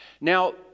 Now